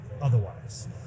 otherwise